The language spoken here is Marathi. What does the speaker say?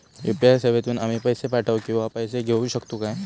यू.पी.आय सेवेतून आम्ही पैसे पाठव किंवा पैसे घेऊ शकतू काय?